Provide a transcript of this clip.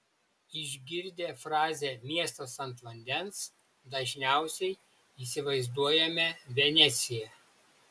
išgirdę frazę miestas ant vandens dažniausiai įsivaizduojame veneciją